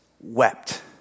wept